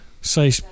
say